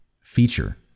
feature